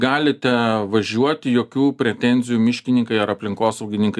galite važiuoti jokių pretenzijų miškininkai ar aplinkosaugininkai